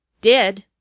did!